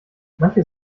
manche